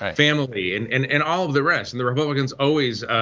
ah family and and and all of the rest. and the republicans always,